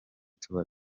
tuba